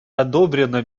одобрено